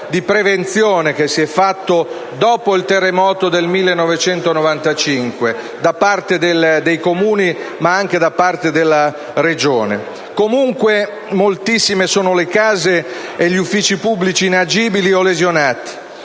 di prevenzione che si è fatto dopo il terremoto del 1995, da parte dei Comuni, ma anche della Regione. Moltissimi sono, comunque, le case e gli uffici pubblici inagibili o lesionati.